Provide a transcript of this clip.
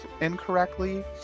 incorrectly